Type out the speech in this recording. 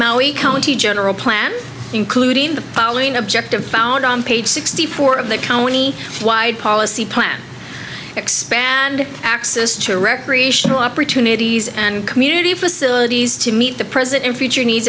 maui county general plans including the polling objective found on page sixty four of the county wide policy plan expanded access to recreational opportunities and community facilities to meet the present and future need